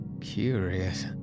curious